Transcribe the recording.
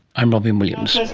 i'm robyn williams.